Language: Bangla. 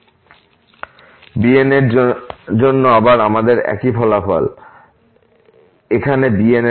bn এর জন্য আবার আমাদের একই ফলাফল 1l02lfxsin nπxl dx এখানে bn এর জন্য